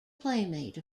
playmate